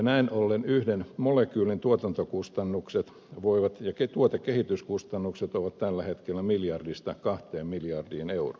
näin ollen yhden molekyylin tuotantokustannukset ja tuotekehityskustannukset ovat tällä hetkellä miljardista kahteen miljardiin euroon